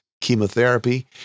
chemotherapy